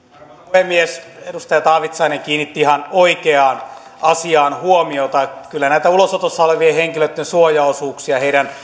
puhemies edustaja taavitsainen kiinnitti ihan oikeaan asiaan huomiota kyllä näitä ulosotossa olevien henkilöitten suojaosuuksia heidän